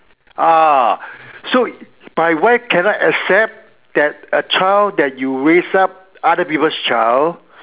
ah so my wife cannot accept that a child that you raise up other people's child